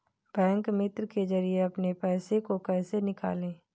Bank मित्र के जरिए अपने पैसे को कैसे निकालें?